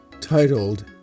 titled